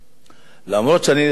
אני רוצה להגיד לך